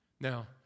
Now